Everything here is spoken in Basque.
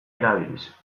erabiliz